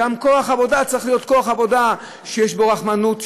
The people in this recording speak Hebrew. גם כוח העבודה צריך להיות כוח עבודה שיש בו רחמנות,